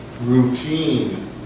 routine